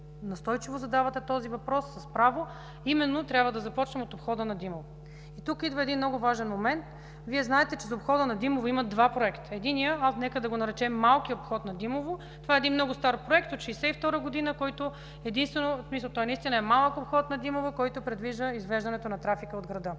задавате този въпрос с право, трябва да започнем от обхода на Димово. Тук идва един много важен момент. Вие знаете, че за обхода на Димово има два проекта. Единият – нека да го наречем малкия обход на Димово, това е един много стар Проект от 1962 г., той наистина е малък обход, който предвижда извеждането на трафика от града.